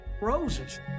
roses